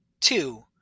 two